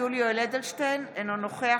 יוסדר ויהיה עליו פיקוח,